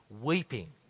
weeping